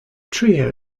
trio